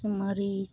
ᱥᱮ ᱢᱟᱹᱨᱤᱪ